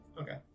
Okay